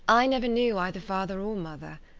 i never knew either father or mother,